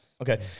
Okay